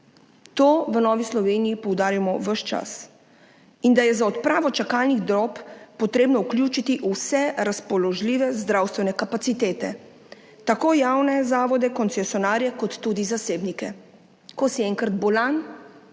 To v Novi Sloveniji poudarjamo ves čas in da je za odpravo čakalnih dob treba vključiti vse razpoložljive zdravstvene kapacitete, tako javne zavode, koncesionarje kot tudi zasebnike. Ko si enkrat bolan,